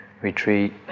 retreat